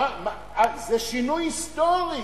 זה שינוי היסטורי,